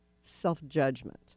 self-judgment